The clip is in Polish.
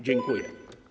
Dziękuję.